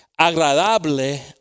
agradable